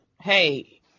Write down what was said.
hey